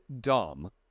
dumb